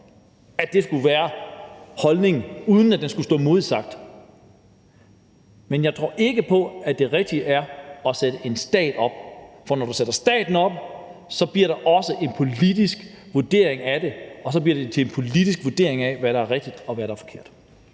at det skulle være holdningen, at det skulle stå uimodsagt. Men jeg tror ikke, at det rigtige er at sætte en stat til det. For når du sætter staten til det, bliver der også en politisk vurdering af det. Og så bliver det til en politisk vurdering af, hvad der er rigtigt, og hvad der er forkert.